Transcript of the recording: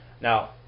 Now